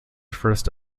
first